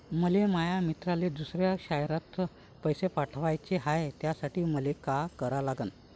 मले माया मित्राले दुसऱ्या शयरात पैसे पाठवाचे हाय, त्यासाठी मले का करा लागन?